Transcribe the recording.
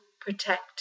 protect